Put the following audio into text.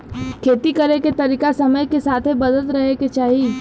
खेती करे के तरीका समय के साथे बदलत रहे के चाही